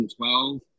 2012